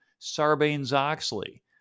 Sarbanes-Oxley